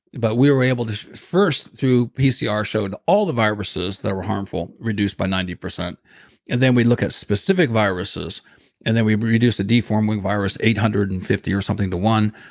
but we were able to. first through pcr showed all the viruses that were harmful, reduced by ninety percent and then we look at specific viruses and then we reduced the deformed wing virus eight hundred and fifty or something to one.